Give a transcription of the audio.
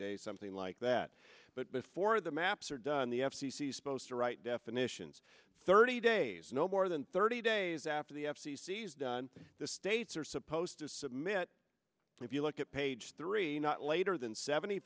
days something like that but before the maps are done the f c c is supposed to write definitions thirty days no more than thirty days after the f c c is done the states are supposed to submit if you look at page three not later than seventy